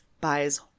buys